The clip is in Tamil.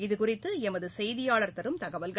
இதுகுறித்து எமது செய்தியாளர் தரும் தகவல்கள்